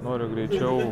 noriu greičiau